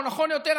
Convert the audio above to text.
או נכון יותר,